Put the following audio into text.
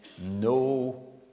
No